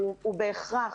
הוא הכרח.